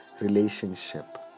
relationship